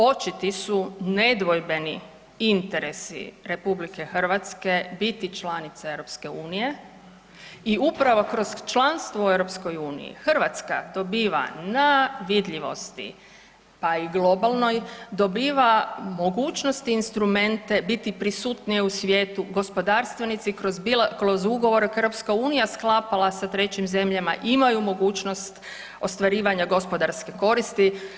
Očiti su nedvojbeni interesi RH biti članica EU i upravo kroz članstvo u EU Hrvatska dobiva na vidljivosti, pa i globalnoj dobiva mogućnost instrumente biti prisutnija u svijetu gospodarstvenici kroz ugovor EU sklapala sa trećim zemljama imaju mogućnost ostvarivanja gospodarske koristi.